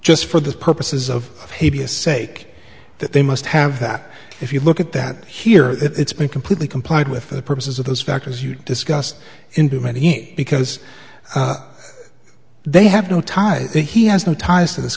just for the purposes of pavia sake that they must have that if you look at that here it's been completely complied with the purposes of those factors you discussed in too many because they have no ties he has no ties to this